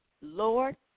Lord